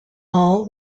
all